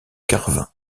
carvin